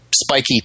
Spiky